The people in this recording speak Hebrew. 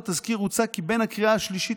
בתזכיר הוצע כי בין הקריאה השלישית